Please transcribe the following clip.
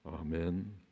Amen